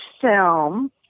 film